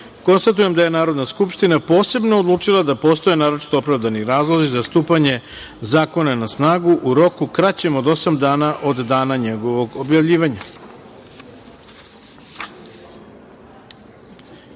dvoje. Konstatujem da je Narodna skupština posebno odlučila da postoje naročito opravdani razlozi za stupanje zakona na snagu u roku kraćem od osam dana od dana njegovog objavljivanja. Pristupamo